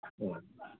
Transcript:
ꯎꯝ